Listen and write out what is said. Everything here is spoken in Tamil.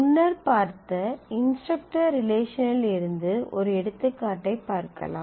முன்னர் பார்த்த இன்ஸ்ட்ரக்டர் ரிலேஷனில் இருந்து ஒரு எடுத்துக்காட்டைப் பார்க்கலாம்